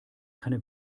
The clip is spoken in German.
keine